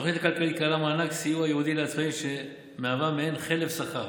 התוכנית הכלכלית כללה מענק סיוע ייעודי לעצמאים שמהווה מעין חלף שכר,